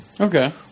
Okay